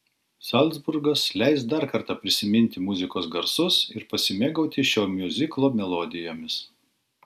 zalcburgas leis dar kartą prisiminti muzikos garsus ir pasimėgauti šio miuziklo melodijomis